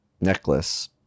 necklace